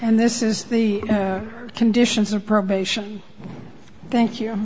and this is the conditions of probation thank you